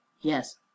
yes